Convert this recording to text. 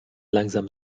langsam